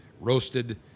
roasted